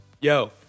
Yo